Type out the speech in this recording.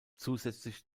zusätzlich